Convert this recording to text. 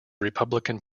republican